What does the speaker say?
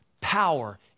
power